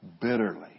Bitterly